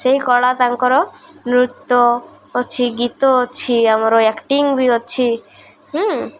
ସେହି କଳା ତାଙ୍କର ନୃତ୍ୟ ଅଛି ଗୀତ ଅଛି ଆମର ଆକ୍ଟିଙ୍ଗ ବି ଅଛି ହୁଁ